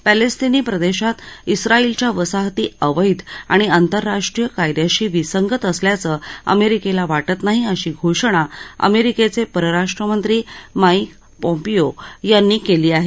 पॅलेस्टिनी प्रदेशात इस्राएलच्या वसाहती अवैध आणि आंतरराष्ट्रीय कायद्याशी विसंगत असल्याचं अमेरिकेला वाटत नाही अशी घोषणा अमेरिकेचे परराष्ट्रमंत्री माईक पॉपिओ यांनी केली आहे